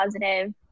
positive